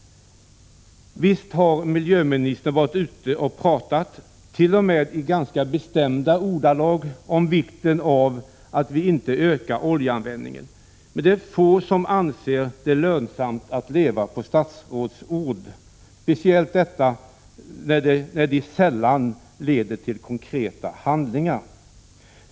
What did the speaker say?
Visst har miljöministern varit ute och pratat — t.o.m. i ganska bestämda ordalag — om vikten av att vi inte ökar oljeanvändningen, men det är få som anser det lönsamt att leva på statsrådsord. Speciellt gäller detta när de sällan leder till konkreta handlingar.